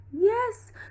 Yes